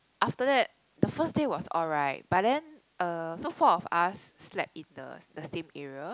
after that the first day was alright but then uh so four of us slept in the the same area